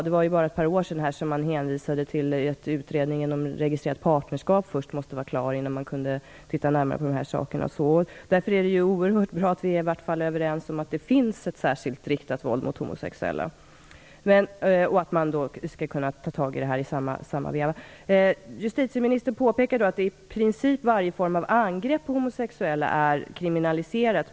Det är ju bara ett par år sedan som man hänvisade till att utredningen om registrerat partnerskap först måste vara klar innan man kunde titta närmare på de här sakerna. Därför är det oerhört bra att vi i varje fall är överens om att det finns ett särskilt riktat våld mot homosexuella, och att man bör ta tag i detta problem. Justitieministern påpekade att i princip varje form av angrepp på homosexuella är kriminaliserat.